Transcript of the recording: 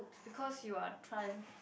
because you are tran~